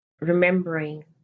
Remembering